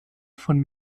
von